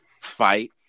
fight